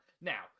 Now